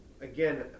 again